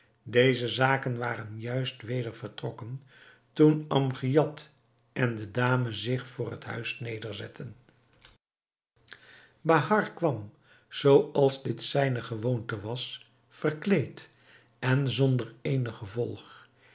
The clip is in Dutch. deze waren juist weder vertrokken toen amgiad en de dame zich voor het huis nederzetten bahader kwam zooals dit zijne gewoonte was verkleed en zonder eenig gevolg